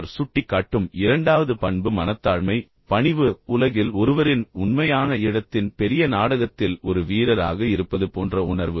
அவர் சுட்டிக்காட்டும் இரண்டாவது பண்பு மனத்தாழ்மை பணிவு உலகில் ஒருவரின் உண்மையான இடத்தின் பெரிய நாடகத்தில் ஒரு வீரராக இருப்பது போன்ற உணர்வு